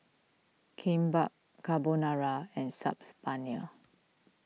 Kimbap Carbonara and Saag's Paneer